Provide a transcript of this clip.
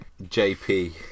JP